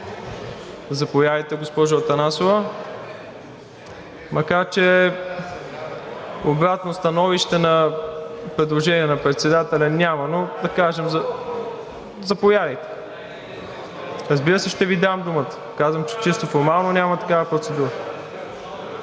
Заповядайте, госпожо Атанасова, макар че обратно становище на предложение на председателя няма, но да кажем… (Реплики.) Заповядайте. (Реплики.) Разбира се, че ще Ви дам думата. Казвам, че чисто формално няма такава процедура.